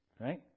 Right